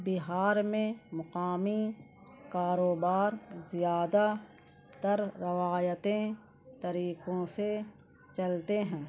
بہار میں مقامی کاروبار زیادہ تر روایتیں طریقوں سے چلتے ہیں